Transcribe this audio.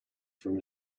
from